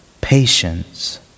patience